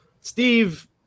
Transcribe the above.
Steve